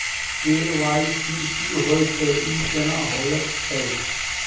KYC की होय छै, ई केना होयत छै?